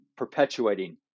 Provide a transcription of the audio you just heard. perpetuating